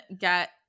get